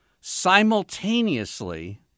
simultaneously